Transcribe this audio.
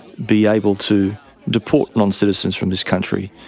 be able to deport non-citizens from this country.